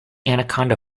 anaconda